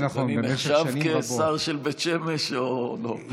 אז אני נחשב כשר של בית שמש או לא?